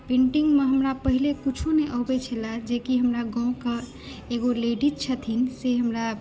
painting मे हमरा पहीने किछु नहि अबै छलए जेकी हमरा गाॅंवक एगो लेडी छथिन से हमरा